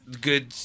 good